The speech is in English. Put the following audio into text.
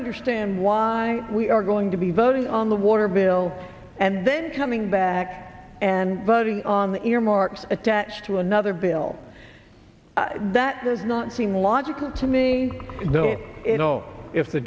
understand why we are going to be voting on the water bill and then coming back and voting on the earmarks attached to another bill that does not seem logical to me that it all if the